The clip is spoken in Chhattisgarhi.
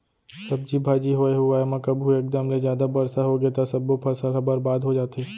सब्जी भाजी होए हुवाए म कभू एकदम ले जादा बरसा होगे त सब्बो फसल ह बरबाद हो जाथे